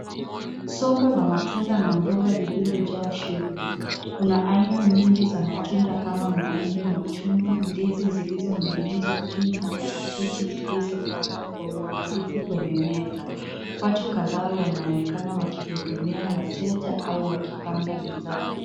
Soko la matunda na mboga lililojaa shughuli. Kuna aina nyingi za matunda kama maembe, machungwa, ndizi zilizoning`inzwa juu na parachichi zilizopangwa kwa uangalifu kwenye meza. Watu kadhaa wanaonekana wakihudumia wateja au wakipanga bidhaa.